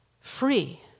free